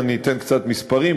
ואני אתן קצת מספרים,